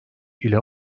ile